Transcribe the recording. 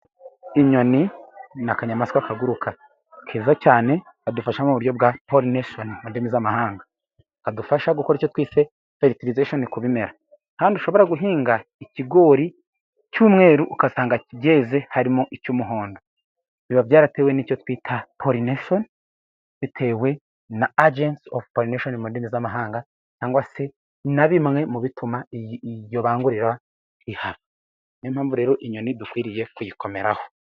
Inyoni ni akanyamaswa kaguruka, keza cyane kadufasha mu buryo bwa polinesheni mu ndimi z'amahanga, kadufasha gukora icyo twise feritilizesheni ku bimera, kandi ushobora guhinga ikigori cy'umweru ugasanga byeze harimo icy'umuhondo, biba byaratewe n'icyo twita polinesheni bitewe na ajenti ofu polinesheni mu ndimi z'amahanga cyangwa se na bimwe mu bituma iryo bangurira rihaba. Niyo mpamvu rero inyoni dukwiriye kuyikomeraho.